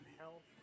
health